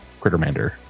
Crittermander